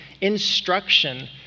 instruction